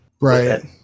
Right